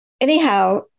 Anyhow